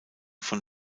von